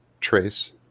trace